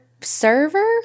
server